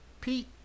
pete